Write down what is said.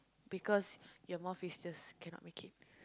because your mouth is just cannot make it